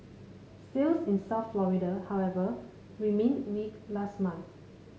sales in South Florida however remained weak last month